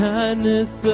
kindness